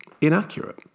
inaccurate